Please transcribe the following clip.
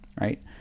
right